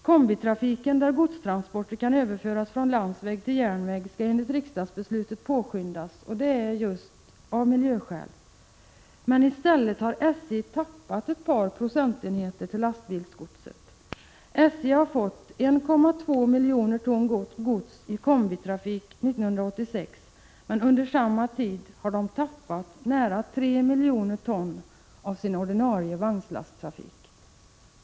Kombitrafiken, där godstransporter kan överföras från landsväg till järnväg, skall enligt riksdagsbeslut påskyndas just av miljöskäl. Men i stället har SJ tappat ett par procentenheter till lastbilsgodset. SJ har fått 1,2 miljoner ton gods i kombitrafik 1986 men har under samma tid tappat nära 3 miljoner ton av sin ordinarie vagnslasttrafik.